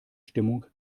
stimmung